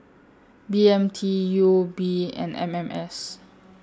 B M T U O B and M M S